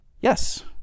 Yes